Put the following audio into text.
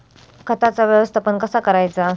खताचा व्यवस्थापन कसा करायचा?